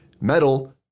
Metal